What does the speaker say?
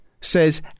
says